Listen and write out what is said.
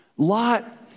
Lot